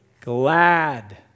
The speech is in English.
glad